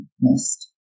missed